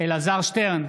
אלעזר שטרן,